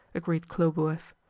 agreed khlobuev.